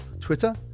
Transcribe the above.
Twitter